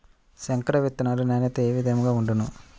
సంకర విత్తనాల నాణ్యత ఏ విధముగా ఉండును?